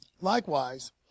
Likewise